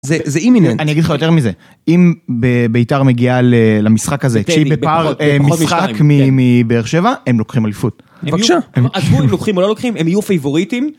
זה זה אם אני אגיד לך יותר מזה אם בית"ר מגיעה למשחק הזה כשהיא בפער משחק מבאר-שבע, הם לוקחים אליפות. בבקשה לוקחים לא לוקחים הם יהיו פייבוריטים.